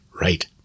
Right